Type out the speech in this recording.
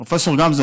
פרופ' גמזו,